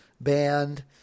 band